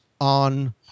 on